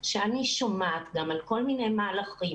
שאני שומעת גם על כל מיני מהלכים.